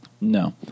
no